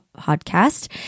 podcast